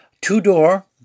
two-door